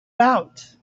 out